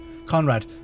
Conrad